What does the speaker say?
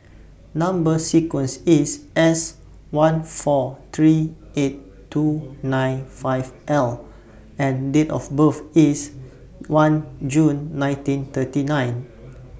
Number sequence IS S one four three eight two nine five L and Date of birth IS one June nineteen thirty nine